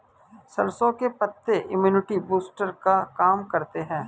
सरसों के पत्ते इम्युनिटी बूस्टर का काम करते है